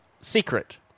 secret